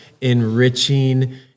enriching